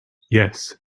yes